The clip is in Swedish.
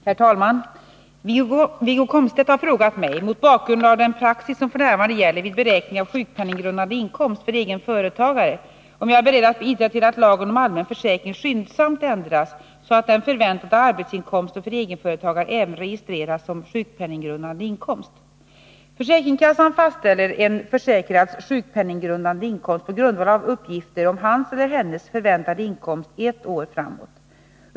Herr talman! Wiggo Komstedt har frågat mig, mot bakgrund av den praxis som f. n. gäller vid beräkning av sjukpenninggrundande inkomst för egna företagare, om jag är beredd att bidra till att lagen om allmän försäkring skyndsamt ändras, så att den förväntade arbetsinkomsten för egenföretagare även registreras som sjukpenninggrundande inkomst. Försäkringskassan fastställer en försäkrads sjukpenninggrundande inkomst på grundval av uppgifter om hans eller hennes förväntade inkomst ett år framåt.